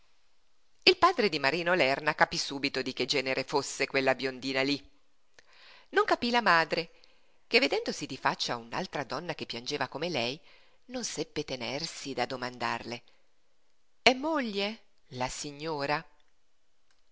il padre di marino lerna capí subito di che genere fosse quella biondina lí non capí la madre che vedendosi di faccia un'altra donna che piangeva come lei non seppe tenersi da domandarle è moglie la signora